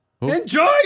Enjoy